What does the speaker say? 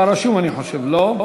אתה רשום, אני חושב, לא?